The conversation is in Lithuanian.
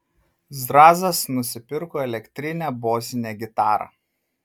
zrazas nusipirko elektrinę bosinę gitarą